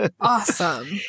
awesome